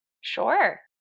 Sure